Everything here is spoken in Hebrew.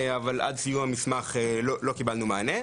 אבל עד סיום המסמך לא קיבלנו מענה.